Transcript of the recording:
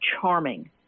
charming